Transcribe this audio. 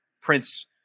Prince